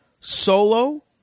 Solo